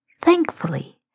Thankfully